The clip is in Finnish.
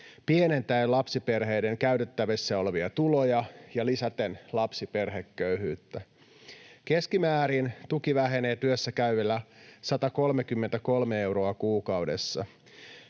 pienentäen lapsiperheiden käytettävissä olevia tuloja ja lisäten lapsiperheköyhyyttä. Keskimäärin tuki vähenee työssäkäyvillä 133 euroa kuukaudessa.